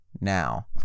now